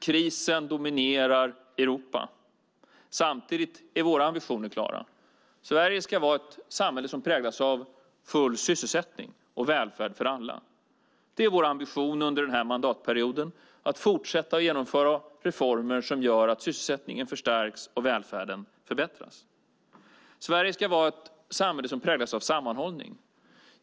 Krisen dominerar Europa. Samtidigt är våra ambitioner klara: Sverige ska vara ett samhälle som präglas av full sysselsättning och välfärd för alla. Det är vår ambition under den här mandatperioden att fortsätta genomföra reformer som gör att sysselsättningen förstärks och välfärden förbättras. Sverige ska vara ett samhälle som präglas av sammanhållning.